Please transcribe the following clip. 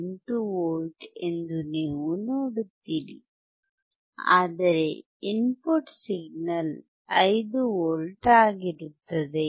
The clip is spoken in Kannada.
08 V ಎಂದು ನೀವು ನೋಡುತ್ತೀರಿ ಆದರೆ ಇನ್ಪುಟ್ ಸಿಗ್ನಲ್ 5V ಆಗಿರುತ್ತದೆ